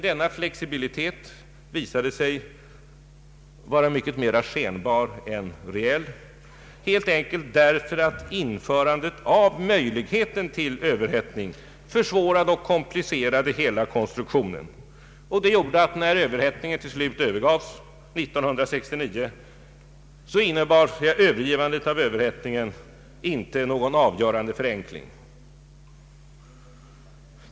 Denna flexibilitet visade sig vara mera skenbar än reell, helt enkelt därför att införandet av möjligheten till överhettning försvårade och komplicerade hela konstruktionen. Övergivandet av överhettningen 1969 innebar därför inte någon avgörande förenkling.